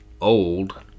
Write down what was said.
old